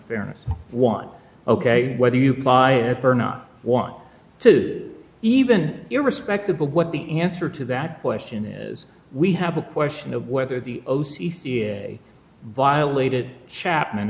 fairness one ok whether you buy it or not want to even irrespective of what the answer to that question is we have a question of whether the o c c is a violated chapman